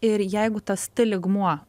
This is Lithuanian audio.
ir jeigu tas t lygmuo